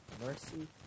mercy